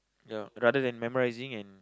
ya rather than memorising and